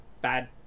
bad